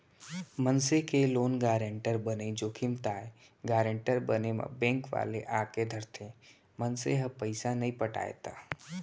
मनसे के loan guarantor बनई जोखिम ताय गारेंटर बने म बेंक वाले आके धरथे, मनसे ह पइसा नइ पटाय त